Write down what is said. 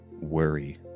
worry